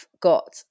got